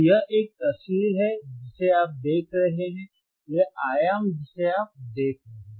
तो यह एक तस्वीर है जिसे आप देख रहे हैं यह आयाम जिसे आप देख रहे हैं